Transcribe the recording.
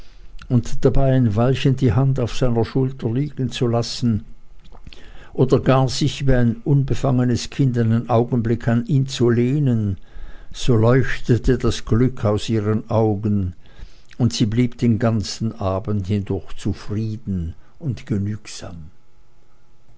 und dabei ein weilchen die hand auf seiner schulter liegenzulassen oder gar sich wie ein unbefangenes kind einen augenblick an ihn zu lehnen so leuchtete das glück aus ihren augen und sie blieb dann den ganzen abend hindurch zufrieden und genügsam